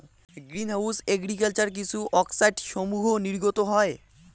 green house agriculture কিছু অক্সাইডসমূহ নির্গত হয়